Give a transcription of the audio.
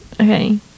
Okay